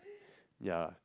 yeah